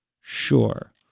Sure